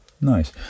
Nice